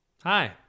Hi